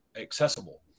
accessible